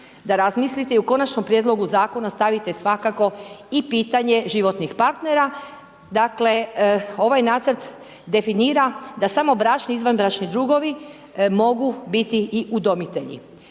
da razmislite i u konačnom prijedlogu zakona stavite svakako i pitanje životnih partnera, dakle ovaj nacrt definira da samo bračni i izvanbračni drugovi mogu biti i udomitelji.